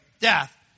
death